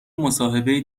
مصاحبه